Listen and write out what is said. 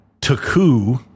Taku